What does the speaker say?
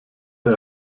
der